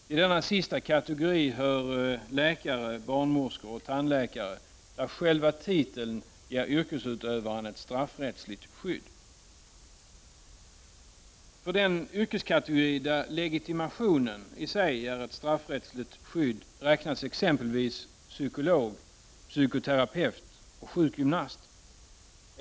Till denna sista kategori hör läkare, barnmorskor och tandläkare, där själva titeln ger yrkesutövarna ett straffrättsligt skydd. För den yrkeskategori där legitimationen i sig ger ett straffrättsligt skydd räknas exempelvis psykolog, psykoterapeut och sjukgymnast.